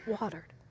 watered